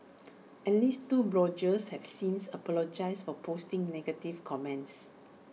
at least two bloggers have since apologised for posting negative comments